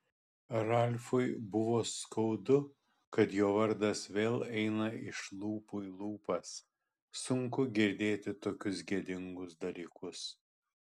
ralfui buvo skaudu kad jo vardas vėl eina iš lūpų į lūpas sunku girdėti tokius gėdingus dalykus